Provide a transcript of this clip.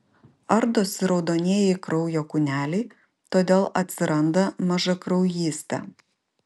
ardosi raudonieji kraujo kūneliai todėl atsiranda mažakraujystė